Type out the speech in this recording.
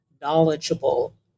knowledgeable